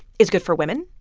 is good for women.